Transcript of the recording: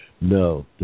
No